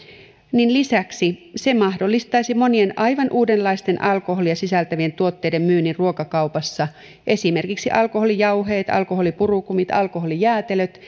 se lisäksi mahdollistaisi monien aivan uudenlaisten alkoholia sisältävien tuotteiden myynnin ruokakaupassa esimerkiksi alkoholijauheet alkoholipurukumit alkoholijäätelöt